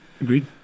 Agreed